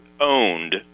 owned